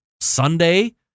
Sunday